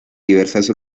diversas